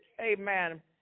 Amen